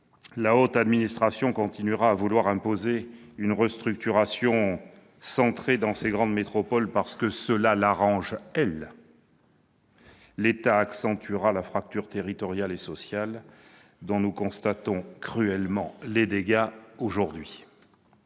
la haute administration continuera à vouloir imposer une restructuration centrée sur ces grandes métropoles parce que cela l'arrange, l'État accentuera la fracture territoriale et sociale, dont nous constatons les dégâts cruels aujourd'hui.